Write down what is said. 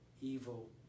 evil